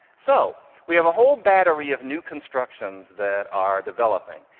so we have a whole battery of new constructions that are developing,